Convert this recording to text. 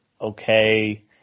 okay